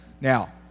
Now